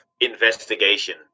investigation